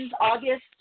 August